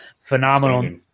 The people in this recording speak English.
phenomenal